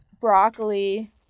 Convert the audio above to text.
Broccoli